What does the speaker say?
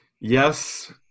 Yes